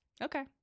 Okay